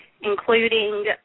including